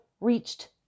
reached